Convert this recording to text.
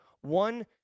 One